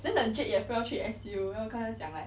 then the chip you approach it as you know kinda 讲来